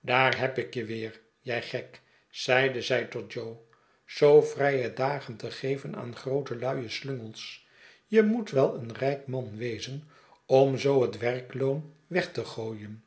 daar heb ik je weer jij gek zeide zij tot jo zoo vrije dagen te geven aan groote luie slungels je moet wel een rijk man wezen om zoo het werkloon weg te gooien